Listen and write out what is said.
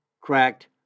cracked